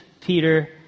Peter